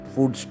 Food